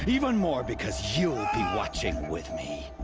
even more because you'll be watching with me!